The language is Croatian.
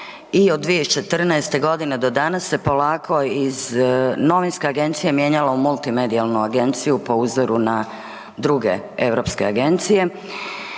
i od 2014. g. do danas se polako iz novinske agencije mijenjalo u multimedijalnu agenciju po uzoru na druge europske agencije